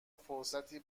فرصتی